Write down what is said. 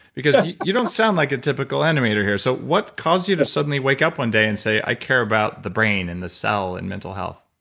because, you don't sound like a typical animator here. so what caused you to suddenly wake up one day and say, i care about the brain and the cell and mental health?